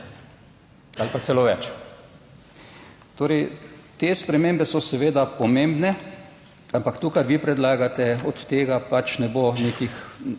ali pa celo več. Torej, te spremembe so seveda pomembne, ampak to, kar vi predlagate, od tega pač ne bo nekih